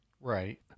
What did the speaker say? Right